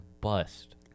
bust